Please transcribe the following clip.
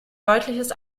deutliches